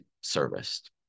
serviced